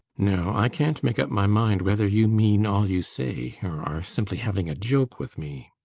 no, i can't make up my mind whether you mean all you say, or are simply having a joke with me.